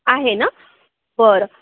आहे ना बरं